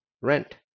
Rent